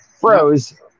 froze